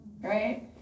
right